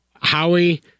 Howie